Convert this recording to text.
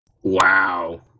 Wow